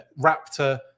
Raptor